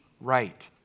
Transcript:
right